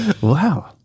Wow